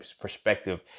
perspective